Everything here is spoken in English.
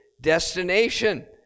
destination